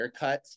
haircuts